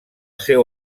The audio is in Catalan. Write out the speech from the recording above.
seu